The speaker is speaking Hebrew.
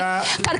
כבר רואים.